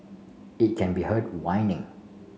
it can be heard whining